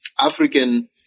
African